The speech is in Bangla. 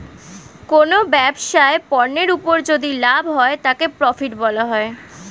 কোনো ব্যবসায় পণ্যের উপর যদি লাভ হয় তাকে প্রফিট বলা হয়